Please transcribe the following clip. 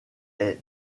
est